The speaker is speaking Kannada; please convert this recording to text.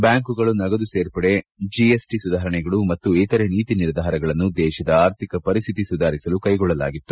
ಬ್ಯಾಂಕುಗಳು ನಗದು ಸೇರ್ಪಡೆ ಜಿಎಸ್ಟಿ ಸುಧಾರಣೆಗಳು ಮತ್ತು ಇತರ ನೀತಿ ನಿರ್ಧಾರಗಳನ್ನು ದೇಶದ ಆರ್ಥಿಕ ಪರಿಸ್ಥಿತಿ ಸುಧಾರಿಸಲು ಕೈಗೊಳ್ಳಲಾಗಿತ್ತು